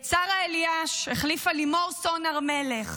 את שרה אליאש החליפה לימור סון הר מלך.